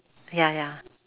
ya ya